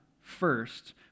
first